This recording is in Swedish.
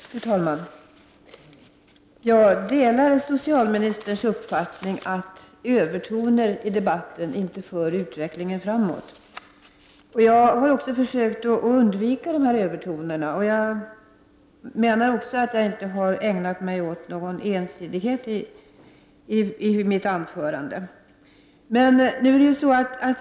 Fru talman! Jag delar socialministerns uppfattning att övertoner i debatten inte för utvecklingen framåt. Jag har också försökt att undvika övertoner. Mitt anförande var, menar jag, inte ensidigt.